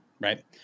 right